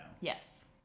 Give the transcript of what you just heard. Yes